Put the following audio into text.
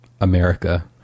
America